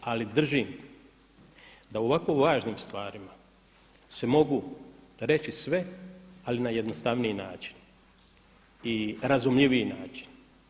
Ali držim da o ovako važnim stvarima se mogu reći sve, ali na jednostavniji način i razumljiviji način.